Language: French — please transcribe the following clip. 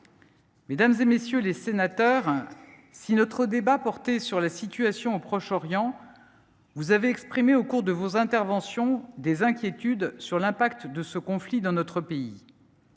Mesdames, messieurs les sénateurs, notre débat portait sur la situation au Proche Orient, mais vous avez aussi exprimé au cours de vos interventions des inquiétudes sur l’impact de ce conflit dans notre pays.